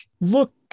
look